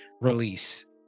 release